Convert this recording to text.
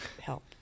help